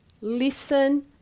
listen